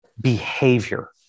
behavior